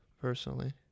personally